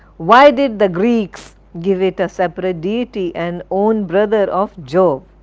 why did the greeks give it a separate deity, and own brother of jove?